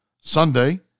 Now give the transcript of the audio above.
Sunday